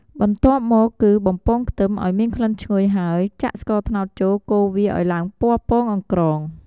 បន្ទាប់មកគឺ បំពងខ្ទឹម ឱ្យមានក្លិនឈ្ងុយហើយ ចាក់ស្ករត្នោតចូលកូរវាឱ្យឡើងពណ៌ពងអង្ក្រង ។